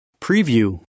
Preview